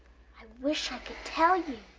i wish i could tell you.